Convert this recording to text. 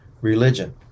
religion